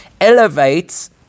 elevates